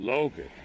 Logan